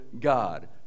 God